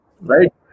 Right